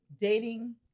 Dating